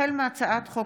החל מהצעת חוק